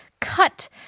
cut